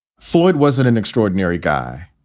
floyd wasn't an extraordinary guy,